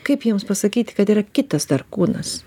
kaip jiems pasakyt kad yra kitas dar kūnas